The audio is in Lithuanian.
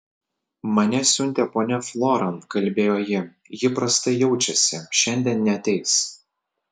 mane siuntė ponia floran kalbėjo ji ji prastai jaučiasi šiandien neateis